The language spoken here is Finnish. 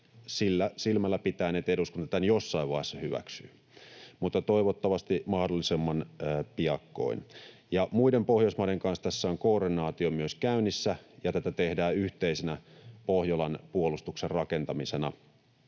sitä silmällä pitäen, että eduskunta tämän jossain vaiheessa hyväksyy — toivottavasti mahdollisimman piakkoin. Muiden Pohjoismaiden kanssa tässä on koordinaatio myös käynnissä, ja tätä tehdään yhteisenä Pohjolan puolustuksen rakentamisena,